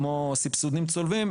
כמו סבסודים צולבים,